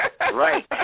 Right